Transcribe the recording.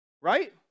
Right